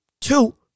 two